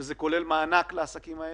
שזה כולל מענק לעסקים האלה.